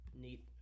neat